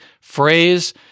phrase